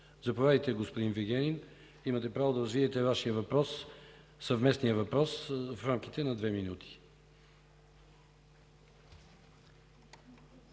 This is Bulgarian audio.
Заповядайте, господин Вигенин, имате право да развиете Вашия съвместен въпрос в рамките на две минути.